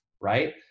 right